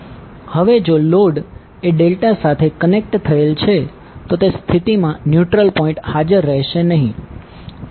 હવે જો લોડ એ ડેલ્ટા સાથે કનેક્ટ થયેલ છે તો તે સ્થિતિમાં ન્યુટ્રલ પોઈન્ટ હાજર રહેશે નહિ